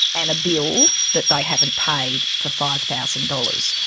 and a bill that they haven't paid for five thousand dollars.